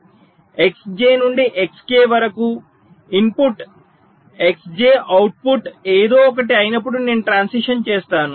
Xj నుండి Xk వరకు input Xj output ఏదో ఒకటి అయినప్పుడు నేను ట్రాన్సిషన్ చేస్తాను